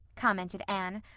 commented anne.